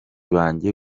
banjye